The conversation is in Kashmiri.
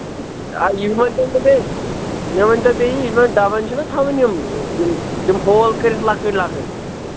یی ؤنۍتو مےٚ بیٚیہِ مےٚ ؤنۍتو بیٚیہِ یِمَن ڈَبَن چھِ نہ تھَوان یِم یِم یِم ہول کٔرِتھ لۄکٕٹۍ لۄکٕٹۍ